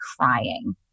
crying